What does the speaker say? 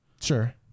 Sure